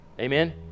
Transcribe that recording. Amen